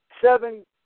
seven